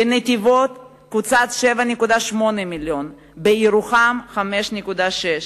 בנתיבות קוצצו 7.8 מיליון, בירוחם, 5.6 מיליון,